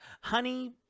Honey